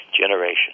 generation